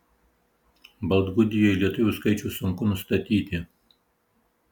baltgudijoj lietuvių skaičių sunku nustatyti